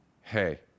Hey